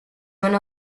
one